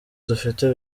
dufite